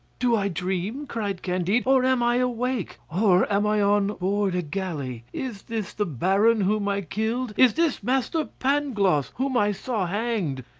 do i dream? cried candide am i awake? or am i on board a galley? is this the baron whom i killed? is this master pangloss whom i saw hanged?